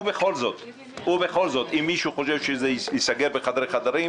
ובכל זאת אם מישהו חושב שזה ייסגר בחדרי חדרים